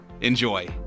Enjoy